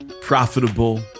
profitable